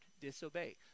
disobey